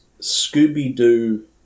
Scooby-Doo